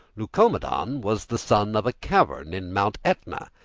leucomedon was the son of a cavern in mount aetna,